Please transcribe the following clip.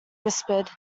whispered